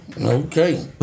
Okay